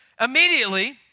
Immediately